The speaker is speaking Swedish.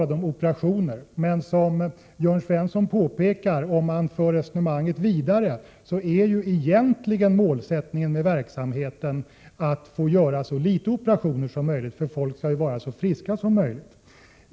Vi har talat om operationer, men som Jörn Svensson påpekade är målsättningen med verksamheten egentligen, om man för resonemanget vidare, att få göra så få operationer som möjligt, att folk skall vara så friska som möjligt.